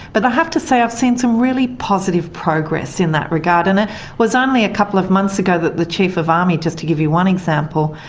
but i have to say i have seen some really positive progress in that regard, and it was only a couple of months ago that the chief of army, just to give you one example,